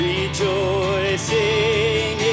Rejoicing